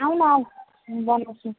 आऊ न आऊ म बनाउँछु